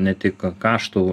ne tik kaštų